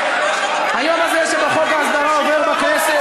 היום הזה שבו חוק ההסדרה עובר בכנסת,